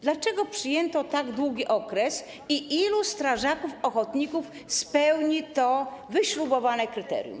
Dlaczego przyjęto tak długi okres i ilu strażaków ochotników spełni to wyśrubowane kryterium?